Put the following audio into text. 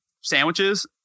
sandwiches